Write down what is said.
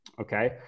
Okay